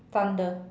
thunder